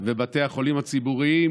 ובתי החולים הציבוריים